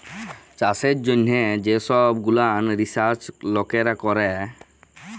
চাষের জ্যনহ যে সহব গুলান রিসাচ লকেরা ক্যরে